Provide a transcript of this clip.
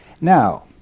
Now